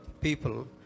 people